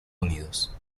unidos